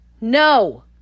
no